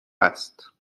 است